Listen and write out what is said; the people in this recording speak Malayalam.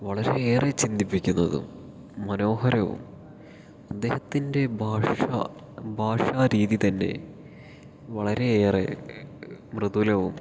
വളരെ ഏറെ ചിന്തിപ്പിക്കുന്നതും മനോഹരവും അദ്ദേഹത്തിൻ്റെ ഭാഷാ ഭാഷാരീതി തന്നെ വളരെയേറെ മൃദുലവും